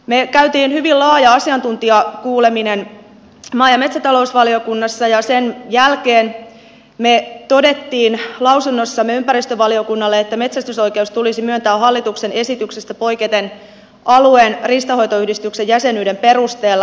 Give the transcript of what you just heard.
me kävimme hyvin laajan asiantuntijakuulemisen maa ja metsätalousvaliokunnassa ja sen jälkeen me totesimme lausunnossamme ympäristövaliokunnalle että metsästysoikeus tulisi myöntää hallituksen esityksestä poiketen alueen riistanhoitoyhdistyksen jäsenyyden perusteella